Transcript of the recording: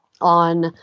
On